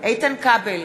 איתן כבל,